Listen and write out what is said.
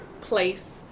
place